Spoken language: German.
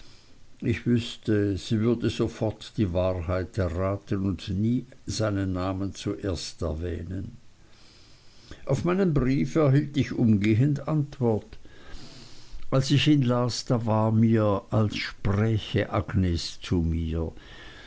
ich wußte sie würde sofort die wahrheit erraten und nie seinen namen zuerst erwähnen auf meinen brief erhielt ich umgehend antwort als ich ihn las da war mir als spräche agnes zu mir